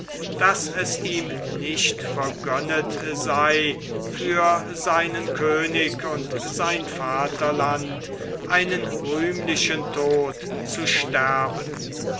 daß es ihm nicht vergönnt sei für seinen könig und sein vaterland einen rühmlichen tod zu sterben